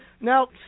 Now